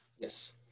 Yes